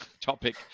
topic